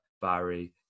Barry